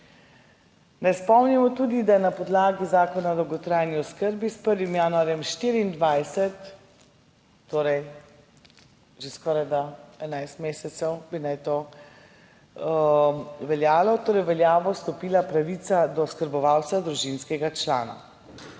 Naj spomnimo tudi, da je na podlagi Zakona o dolgotrajni oskrbi s 1. januarjem 2024, torej že skorajda 11 mesecev bi naj to veljalo, v veljavo stopila pravica do oskrbovalca družinskega člana.